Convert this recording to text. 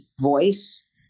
voice